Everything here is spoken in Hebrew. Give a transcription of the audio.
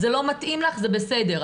זה לא מתאים לך, זה בסדר,